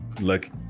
look